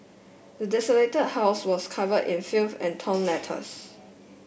the desolated house was covered in filth and torn letters